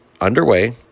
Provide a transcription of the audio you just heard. underway